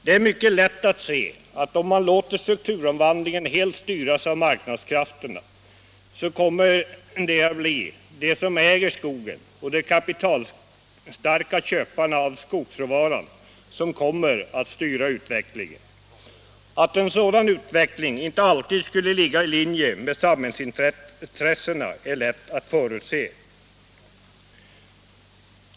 Det är mycket lätt att se att om man låter strukturomvandlingen helt styras av marknadskrafterna, så kommer det att bli de som äger skogen och de kapitalstarka köparna av skogsråvaran som kommer att styra utvecklingen. Att en sådan utveckling inte alltid skulle ligga i linje med samhällsintressena är lätt att förutse.